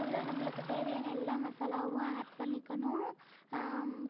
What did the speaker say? எவ்வளோ நம்மளுக்குத் தேவையான எல்லா மசாலாவும் ஆட் பண்ணிக்கணும்